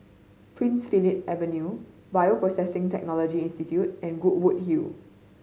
Prince Philip Avenue Bioprocessing Technology Institute and Goodwood Hill